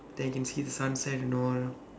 then can see the sunset and all